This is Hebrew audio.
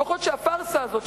לפחות שהפארסה הזאת,